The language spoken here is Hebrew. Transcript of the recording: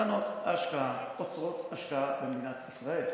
קרנות ההשקעה עוצרות השקעה למדינת ישראל,